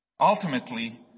Ultimately